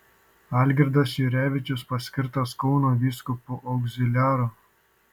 algirdas jurevičius paskirtas kauno vyskupu augziliaru